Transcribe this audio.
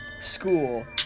School